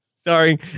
starring